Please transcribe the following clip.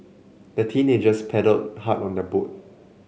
the teenagers paddled hard on their boat